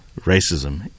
racism